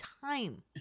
time